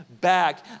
back